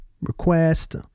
request